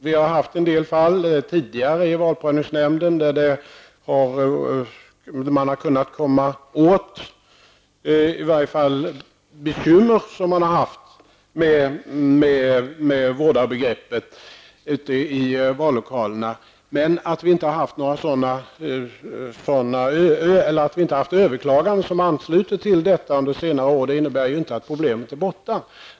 Valprövningsnämnden har tidigare behandlat en del fall där man i varje fall har kunnat påtala bekymret med vårdarbegreppet ute i vallokalerna. Att det inte har skett några överklaganden under senare år som man anslutit till detta innebär ju inte att problemet är borta.